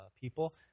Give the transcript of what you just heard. people